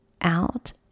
out